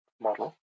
model